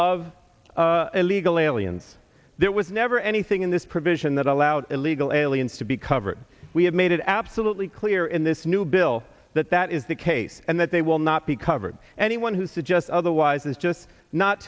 of illegal lillian's there was never anything in this provision that allowed illegal aliens to be covered we have made it absolutely clear in this new bill that that is the case and that they will not be covered anyone who suggests otherwise is just not